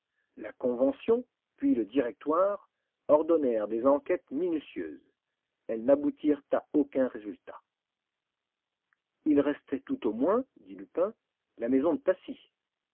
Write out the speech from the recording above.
la convention puis le directoire ordonnèrent des enquêtes minutieuses elles n'aboutirent à aucun résultat il restait tout au moins dit lupin la maison de passy